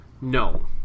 no